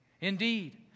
Indeed